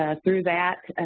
ah through that.